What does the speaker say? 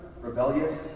rebellious